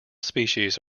species